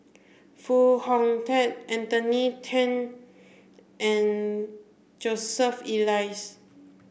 Foo Hong Tatt Anthony Then and Joseph Elias